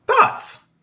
Thoughts